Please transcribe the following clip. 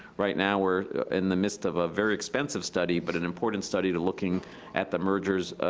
right now we're in the midst of a very expensive study, but an important study to looking at the mergers,